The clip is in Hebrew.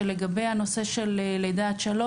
שלגבי הנושא של לידה עד 3